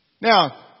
Now